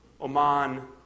Oman